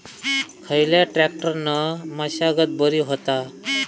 खयल्या ट्रॅक्टरान मशागत बरी होता?